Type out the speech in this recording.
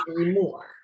anymore